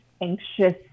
anxious